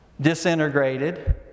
disintegrated